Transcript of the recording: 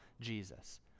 Jesus